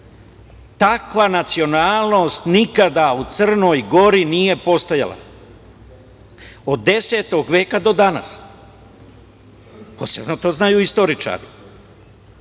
takva nacionalnost nikada u Crnoj Gori nije postojala. Od 10. veka do danas, i posebno to znaju istoričari.